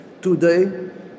Today